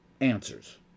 answers